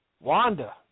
Wanda